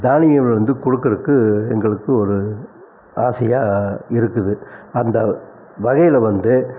தானியங்கள் வந்து கொடுக்குறக்கு எங்களுக்கு ஒரு ஆசையாக இருக்குது அந்த வகையில் வந்து